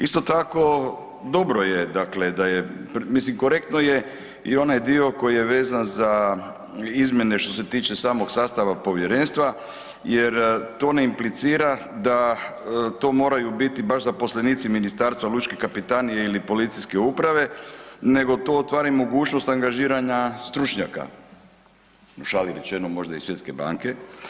Isto tako dobro je da je mislim korektno je i onaj dio koji je vezan za izmjene što se tiče samog sastava povjerenstva jer to ne implicira da to moraju biti baš zaposlenici ministarstva, lučke kapetanije ili policijske uprave nego to otvara i mogućnost angažiranja stručnjaka u šali rečeno možda i Svjetske banke.